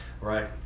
Right